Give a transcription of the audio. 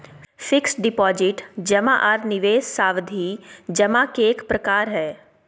fixed deposit जमा आर निवेश सावधि जमा के एक प्रकार हय